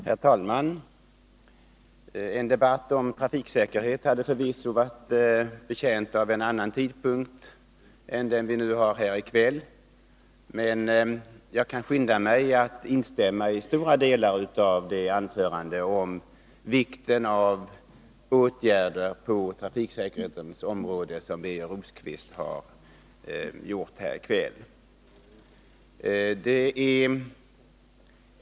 Herr talman! En debatt om trafiksäkerhet hade förvisso varit betjänt av att föras vid en annan tidpunkt än denna sena timme. Jag kan skynda mig att instämma i stora delar av det anförande om vikten av åtgärder på trafiksäkerhetens område som Birger Rosqvist just hållit här i kväll.